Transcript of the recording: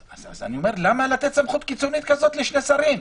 אז אני אומר: למה לתת סמכות קיצונית כזאת לשני שרים?